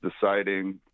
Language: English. deciding